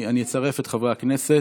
אני אצרף את חברי הכנסת.